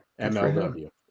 MLW